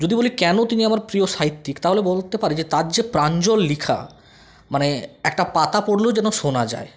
যদি বলি কেন তিনি আমার প্রিয় সাহিত্যিক তাহলে বলতে পারি যে তার যে প্রাঞ্জল লেখা মানে একটা পাতা পড়লেও যেন শোনা যায়